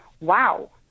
wow